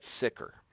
sicker